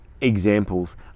examples